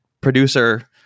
producer